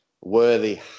Worthy